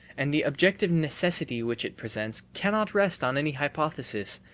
and the objective necessity which it presents cannot rest on any hypothesis,